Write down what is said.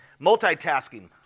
multitasking